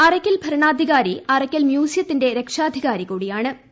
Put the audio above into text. അറയ്ക്കൽ ഭരണാക്രികാർ അറയ്ക്കൽ മ്യൂസിയ ത്തിന്റെ രക്ഷാധികാരി കൂടിയാണ്ക